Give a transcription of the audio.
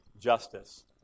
justice